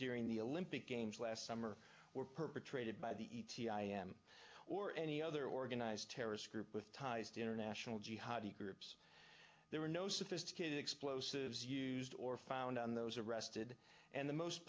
during the olympic games last summer were perpetrated by the e t i m or any other organized terrorist group with ties to international jihadi groups there were no sophisticated explosives used or found on those arrested and the most